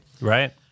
Right